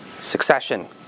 Succession